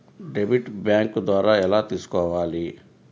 Debit bank ద్వారా ఎలా తీసుకోవాలి?